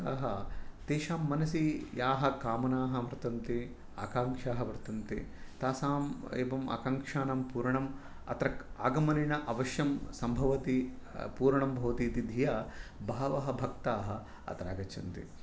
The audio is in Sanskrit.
भक्ताः तेषां मनसि याः कामनाः वर्तन्ते आकाङ्क्षाः वर्तन्ते तासाम् एवम् आकाङ्क्षाणां पूरणम् अत्र आगमनेन अवश्यं सम्भवति पूर्णं भवति इति धिया बहवः भक्ताः अत्र आगच्छन्ति